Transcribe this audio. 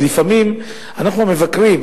לפעמים אנחנו המבקרים,